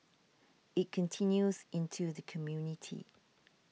it continues into the community